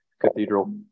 Cathedral